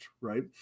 right